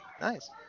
Nice